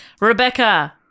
Rebecca